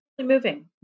moving